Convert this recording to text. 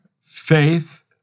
faith